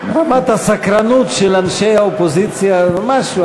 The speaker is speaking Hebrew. רמת הסקרנות של אנשי האופוזיציה, משהו.